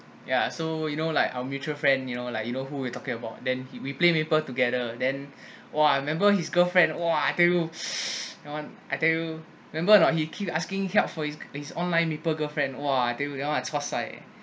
yeah so you know like our mutual friend you know like you know who we talking about then he we play maple together then !wah! I remember his girlfriend !wah! I tell you that one I tell you remember or not he keep asking help for his his online maple girlfriend !wah! I tell you that one I chua sai